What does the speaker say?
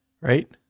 right